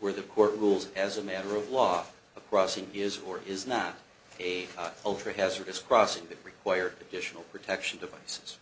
where the court rules as a matter of law a crossing is or is not a ultra hazardous crossing that require additional protection devices